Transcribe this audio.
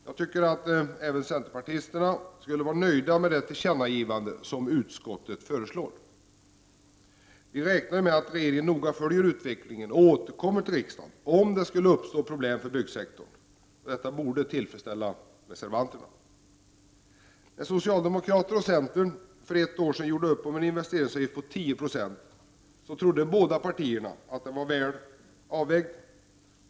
Jag tycker att även centerpartisterna skulle vara nöjda med det tillkännagivande som utskottet föreslår. Vi räknar med att regeringen noga följer utvecklingen och återkommer till riksdagen om det skulle uppstå problem för byggsektorn. Detta borde tillfredsställa reservanterna. När socialdemokraterna och centern för ett år sedan gjorde upp om en investeringsavgift på 10 96, trodde båda partierna att den var väl avvägd.